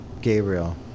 Gabriel